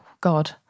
God